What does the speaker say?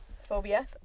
Phobia